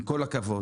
עם כל הכבוד.